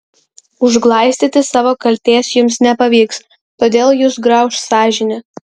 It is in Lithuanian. užglaistyti savo kaltės jums nepavyks todėl jus grauš sąžinė